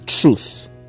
truth